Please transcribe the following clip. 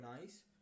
nice